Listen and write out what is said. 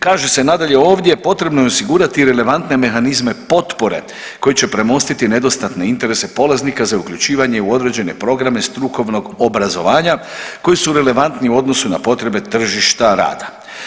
Kaže se nadalje ovdje, potrebno je osigurati i relevantne mehanizme potpore koji će premostiti nedostatne interese polaznika za uključivanje u određene programe strukovnog obrazovanja koji su relevantni u odnosu na potrebe tržišta rada.